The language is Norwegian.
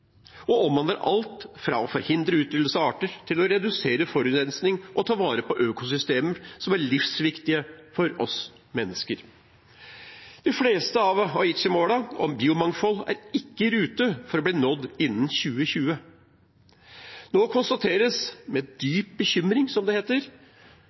og omhandler alt fra å forhindre utryddelse av arter til å redusere forurensning og ta vare på økosystemer som er livsviktige for oss mennesker. De fleste av Aichi-målene om biomangfold er ikke i rute for å bli nådd innen 2020. Nå konstateres med